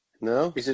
No